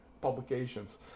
publications